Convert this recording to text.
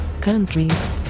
countries